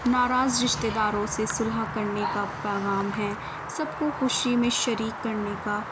ناراض رشتتے داروں سے صلح کرنے کا پیغام ہے سب کو خوشی میں شریک کرنے کا